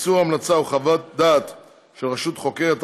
איסור המלצה או חוות דעת של רשות חוקרת),